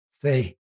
say